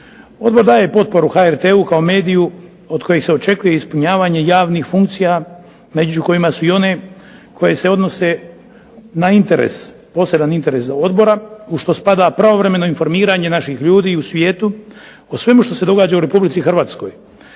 Odbor daje potporu HRT-u kao mediju od kojih se očekuje ispunjavanje javnih funkcija među kojima su one koje se odnose na interes, poseban interes ovog odbora, u što spada pravovremeno informiranje naših ljudi u svijetu, o svemu što se događa u Republici Hrvatskoj.